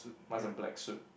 mine is a black suit